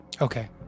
Okay